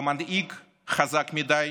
במנהיג חזק מדי,